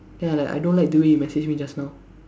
then I like I don't like the way you messaged me just now